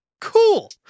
Cool